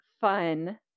fun